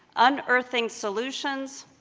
unearthing solutions,